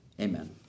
Amen